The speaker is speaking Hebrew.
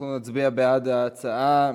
נצביע על ההצעה.